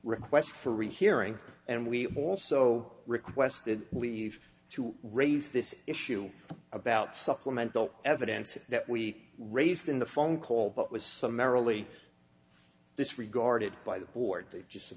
request for a rehearing and we also requested leave to raise this issue about supplemental evidence that we raised in the phone call but was some merrily this regarded by the board they just